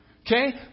Okay